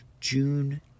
June